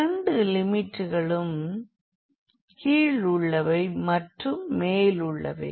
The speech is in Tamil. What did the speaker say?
இரண்டு லிமிட்களும் கீழுள்ளவை மற்றும் மேலுள்ளவை